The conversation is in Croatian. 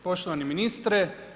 Poštovani ministre.